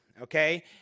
Okay